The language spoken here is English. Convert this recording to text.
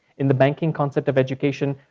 in the banking concept of education,